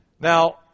Now